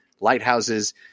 lighthouses –